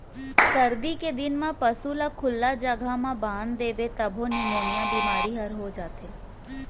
सरदी के दिन म पसू ल खुल्ला जघा म बांध देबे तभो निमोनिया बेमारी हर हो जाथे